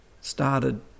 started